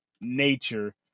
nature